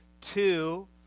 Two